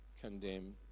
condemn